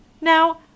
Now